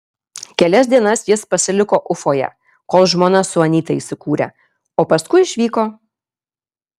kelias dienas jis pasiliko ufoje kol žmona su anyta įsikūrė o paskui išvyko